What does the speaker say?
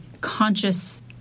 conscious